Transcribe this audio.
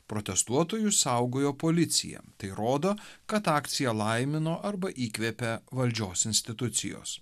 protestuotojus saugojo policija tai rodo kad akciją laimino arba įkvėpė valdžios institucijos